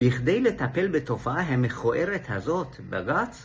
בכדי לטפל בתופעה המכוערת הזאת, בג״ץ